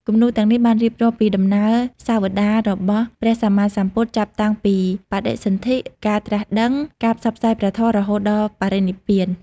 គំនូរទាំងនេះបានរៀបរាប់ពីដំណើរសាវតារបស់ព្រះសម្មាសម្ពុទ្ធ ចាប់តាំងពីបដិសន្ថិ ការត្រាស់ដឹង ការផ្សព្វផ្សាយព្រះធម៌រហូតដល់បរិនិព្វាន។